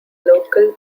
local